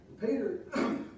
Peter